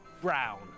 brown